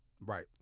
Right